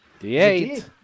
D8